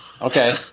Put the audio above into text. Okay